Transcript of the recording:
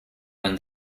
when